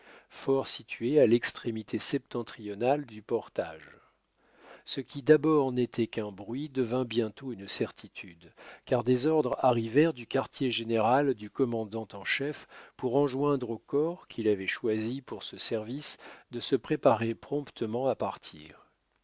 fort situé à l'extrémité septentrionale du portage ce qui d'abord n'était qu'un bruit devint bientôt une certitude car des ordres arrivèrent du quartier général du commandant en chef pour enjoindre aux corps qu'il avait choisis pour ce service de se préparer promptement à partir